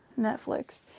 Netflix